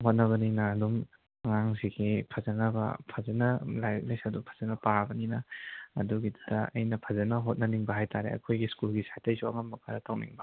ꯍꯣꯠꯅꯕꯅꯤꯅ ꯑꯗꯨꯝ ꯑꯉꯥꯡꯁꯤꯒꯤ ꯐꯖꯅꯕ ꯐꯖꯅ ꯂꯥꯏꯔꯤꯛ ꯂꯥꯏꯁꯨꯗꯨ ꯐꯖꯅ ꯄꯥꯕꯅꯤꯅ ꯑꯗꯨꯒꯤꯗꯨꯗ ꯑꯩꯅ ꯐꯖꯅ ꯍꯣꯠꯅꯅꯤꯡꯕ ꯍꯥꯏꯇꯔꯦ ꯑꯩꯈꯣꯏꯒꯤ ꯁ꯭ꯀꯨꯜꯒꯤ ꯁꯥꯏꯠꯇꯒꯤꯁꯨ ꯑꯉꯝꯕ ꯈꯔ ꯇꯧꯅꯤꯡꯕ